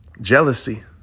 jealousy